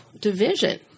division